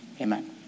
Amen